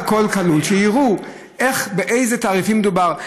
שיראו באיזה תעריפים מדובר,